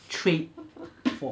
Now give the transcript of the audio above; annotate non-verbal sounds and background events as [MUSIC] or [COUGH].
[NOISE]